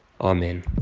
Amen